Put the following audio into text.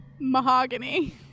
Mahogany